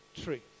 tree